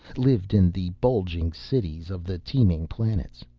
lived in the bulging cities of the teeming planets.